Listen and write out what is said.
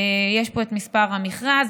יש פה את מספר המכרז,